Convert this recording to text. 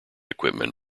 equipment